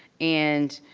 and,